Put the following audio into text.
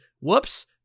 Whoops